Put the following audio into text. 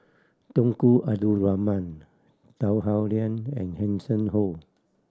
Tunku Abdul Rahman Tan Howe Liang and Hanson Ho